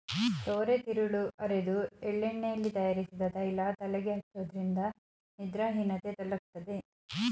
ಸೋರೆತಿರುಳು ಅರೆದು ಎಳ್ಳೆಣ್ಣೆಯಲ್ಲಿ ತಯಾರಿಸಿದ ತೈಲ ತಲೆಗೆ ಹಚ್ಚೋದ್ರಿಂದ ನಿದ್ರಾಹೀನತೆ ತೊಲಗ್ತದೆ